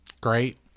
Great